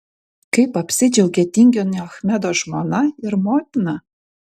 kaip apsidžiaugė tinginio achmedo žmona ir motina